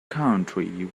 country